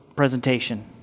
presentation